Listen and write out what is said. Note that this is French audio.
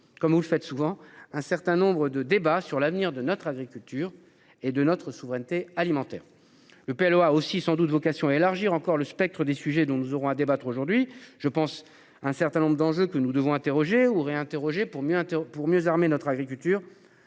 comme vous le faites souvent un certain nombre de débats sur l'avenir de notre agriculture et de notre souveraineté alimentaire le Palois aussi sans doute vocation élargir encore le spectre des sujets dont nous aurons à débattre aujourd'hui je pense un certain nombre d'enjeux que nous devons interroger ou réinterroger pour mieux pour mieux notre agriculture